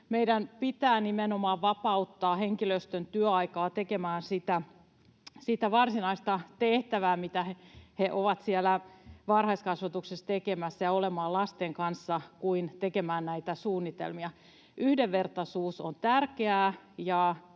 Meidän pitää nimenomaan vapauttaa henkilöstön työaikaa tekemään sitä varsinaista tehtävää, mitä he ovat siellä varhaiskasvatuksessa tekemässä, ja olemaan lasten kanssa mieluummin kuin tekemään näitä suunnitelmia. Yhdenvertaisuus on tärkeää,